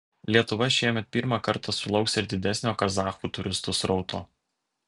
lietuva šiemet pirmą kartą sulauks ir didesnio kazachų turistų srauto